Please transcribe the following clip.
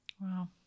Wow